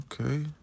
okay